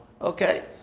Okay